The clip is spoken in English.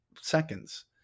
seconds